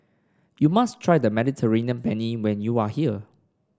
you must try the Mediterranean Penne when you are here